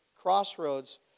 Crossroads